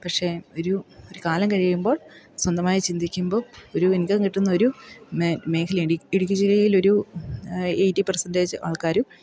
പക്ഷേ ഒരു ഒരു കാലം കഴിയുമ്പോൾ സ്വന്തമായി ചിന്തിക്കുമ്പോൾ ഒരു ഇൻകം കിട്ടുന്ന ഒരു മേഖല ഇടുക്കി ജില്ലയിലൊരു എയ്റ്റി പെർസെൻറ്റേജ് ആൾക്കാരും